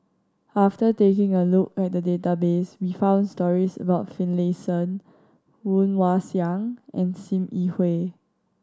after taking a look at the database we found stories about Finlayson Woon Wah Siang and Sim Yi Hui